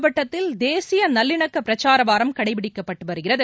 மாவட்டத்தில் தேசியநல்லிணக்கபிரச்சாரவாரம் கடைபிடிக்கப்பட்டுவருகிறது